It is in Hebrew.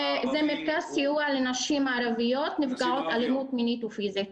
זה מרכז סיוע לנשים ערביות נפגעות אלימות מינית ופיזית.